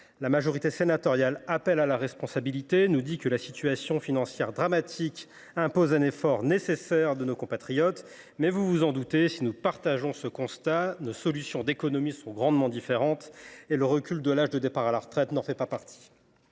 La majorité sénatoriale appelle à la responsabilité, nous dit que la situation financière dramatique impose un effort de nos compatriotes, mais, vous vous en doutez, si nous partageons ce constat, nos solutions d’économies sont grandement différentes et le recul de l’âge de départ à la retraite n’en fait pas partie.